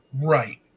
Right